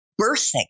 birthing